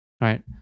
Right